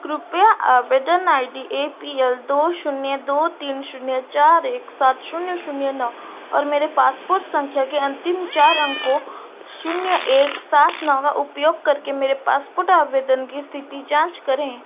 कृपया आवेदन I D A P L दो शून्य दो तीन शून्य चार एक सात शून्य शून्य नौ और मेरे पासपोर्ट संख्या के अन्तिम चार अंकों शून्य एक सात नौ का उपयोग करके मेरे पासपोर्ट आवेदन की स्थिति जाँच करें